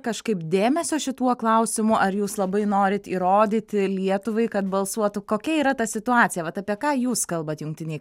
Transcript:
kažkaip dėmesio šituo klausimu ar jūs labai norit įrodyti lietuvai kad balsuotų kokia yra ta situacija vat apie ką jūs kalbat jungtinėj